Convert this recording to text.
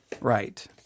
right